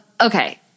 Okay